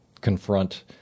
confront